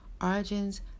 Origins